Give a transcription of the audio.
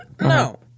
No